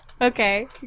Okay